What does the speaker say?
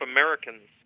Americans